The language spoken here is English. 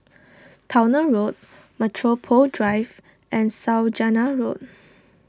Towner Road Metropole Drive and Saujana Road